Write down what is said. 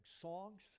Songs